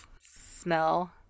smell